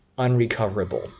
unrecoverable